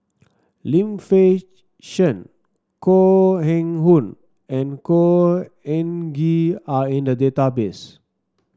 Lim Fei Shen Koh Eng Hoon and Khor Ean Ghee are in the database